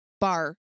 Bar